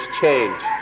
change